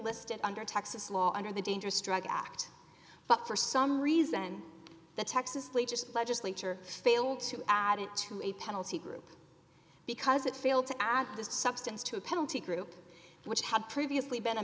listed under texas law under the dangerous drug act but for some reason the texas latest legislature failed to add it to a penalty group because it failed to add this substance to a penalty group which had previously been a